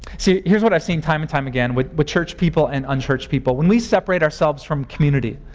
see, here's what i've seen time and time again with with churched people and unchurched people. when we separate ourselves from community,